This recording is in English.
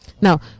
now